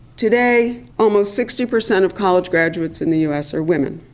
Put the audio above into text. today almost sixty percent of college graduates in the us are women.